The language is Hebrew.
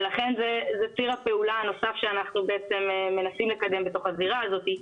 ולכן זה ציר פעולה נוסף שאנחנו מנסים לקדם בתוך הזירה הזאת.